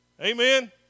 Amen